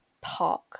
park